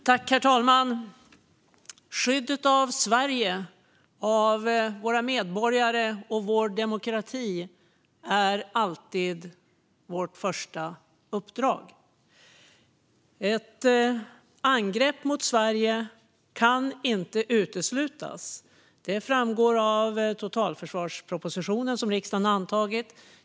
Herr talman! Skyddet av Sverige, våra medborgare och vår demokrati är alltid vårt första uppdrag. Ett angrepp mot Sverige kan inte uteslutas. Det framgår av totalförsvarspropositionen, som riksdagen har antagit.